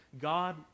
God